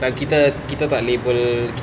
like kita kita tak label